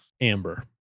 Amber